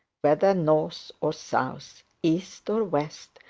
whether north or south, east or west,